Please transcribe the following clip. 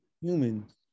humans